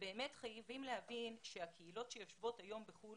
חייבים להבין שהקהילות שיושבות היום בחוץ לארץ,